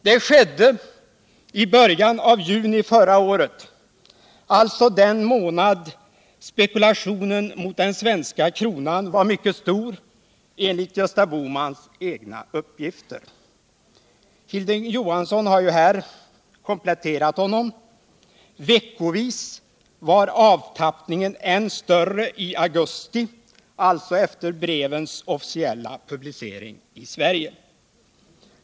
Det skedde i början av juni förra året, alltså den månad då spekulationen mot den svenska kronan var mycket stor enligt Gösta Bohmans egna uppgifter. Hilding Johansson har här kompletterat honom. Veckovis var avtappningen än större i augusti, alltså efter brevens officiella publicering i Sverige.